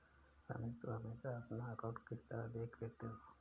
रमेश तुम हमेशा अपना अकांउट किस तरह देख लेते हो?